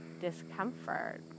discomfort